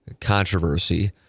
controversy